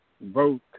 vote